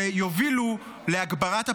שיובילו להגברת הפקקים,